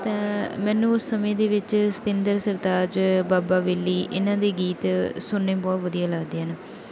ਤਾਂ ਮੈਨੂੰ ਸਮੇਂ ਦੇ ਵਿੱਚ ਸਤਿੰਦਰ ਸਰਤਾਜ ਬਾਬਾ ਵੇਲੀ ਇਹਨਾਂ ਦੇ ਗੀਤ ਸੁਣਨੇ ਬਹੁਤ ਵਧੀਆ ਲੱਗਦੇ ਹਨ